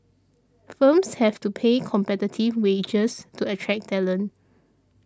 firms have to pay competitive wages to attract talent